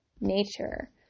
nature